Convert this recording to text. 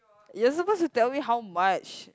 you're supposed to tell me how much